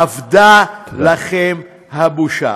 אבדה לכם הבושה.